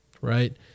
right